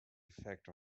effect